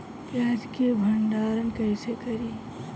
प्याज के भंडारन कईसे करी?